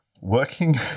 Working